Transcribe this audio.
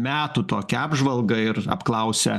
metų tokią apžvalgą ir apklausia